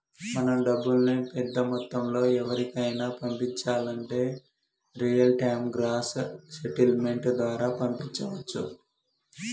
మనం డబ్బుల్ని పెద్ద మొత్తంలో ఎవరికైనా పంపించాలంటే రియల్ టైం గ్రాస్ సెటిల్మెంట్ ద్వారా పంపించవచ్చు